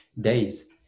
days